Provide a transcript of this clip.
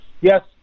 Yes